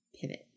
pivot